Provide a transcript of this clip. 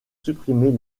supprimer